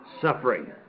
suffering